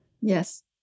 Yes